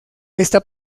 esta